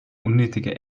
unnötiger